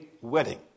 wedding